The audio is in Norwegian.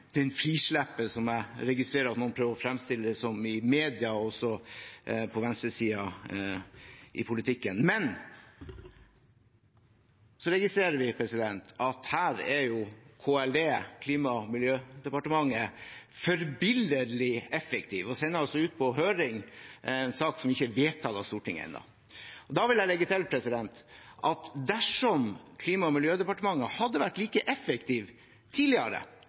som jeg registrerer at noen prøver å fremstille det som i media og på venstresiden i politikken. Vi registrerer at her er Klima- og miljødepartementet forbilledlig effektive. De sender altså ut på høring en sak som ikke er vedtatt av Stortinget ennå. Da vil jeg legge til at dersom Klima- og miljødepartementet hadde vært like effektive tidligere,